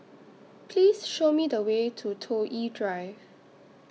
Please Show Me The Way to Toh Yi Drive